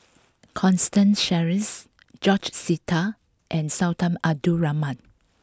Constance Sheares George Sita and Sultan Abdul Rahman